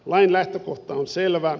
lain lähtökohta on selvä